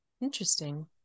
interesting